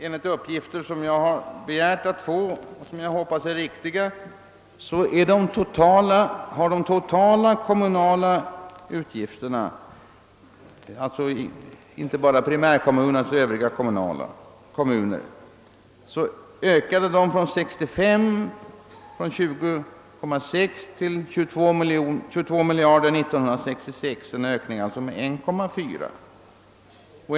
Enligt uppgifter som jag begärt att få och som jag hoppas är riktiga har de totala kommunala utgifterna — alltså inte bara för primärkommunerna utan också för övriga kommuner — ökat från 20,6 miljarder 1965 till 22 miljarder 1966, vilket gör en ökning med 1,4 miljard.